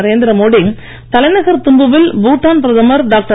நரேந்திரமோடி தலைநகர் திம்புவில் பூட்டான் பிரதமர் டாக்டர்